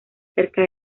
cerca